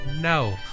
No